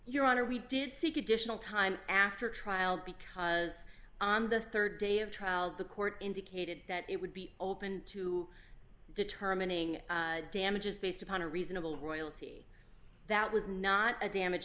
your honor we did seek additional time after trial because on the rd day of trial the court indicated that it would be open to determining damages based upon a reasonable royalty that was not a damage